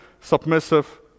submissive